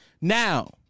Now